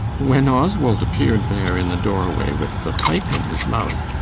when oswald appeared there, in the doorway, with the pipe in his mouth,